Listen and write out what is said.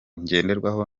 ngenderwaho